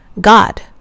God